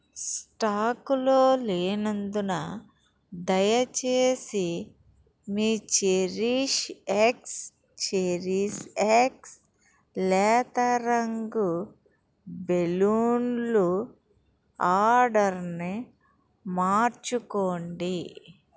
స్టాకులో లేనందున దయచేసి మీ చెరీష్ ఎక్స్ చెరీష్ ఎక్స్ లేతరంగు బెలూన్లు ఆర్డర్ని మార్చుకోండి